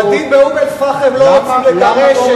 הצועדים באום-אל-פחם לא רוצים לגרש,